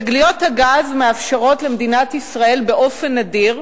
תגליות הגז מאפשרות למדינת ישראל, באופן נדיר,